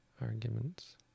arguments